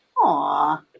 Aw